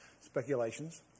speculations